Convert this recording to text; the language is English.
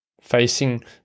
facing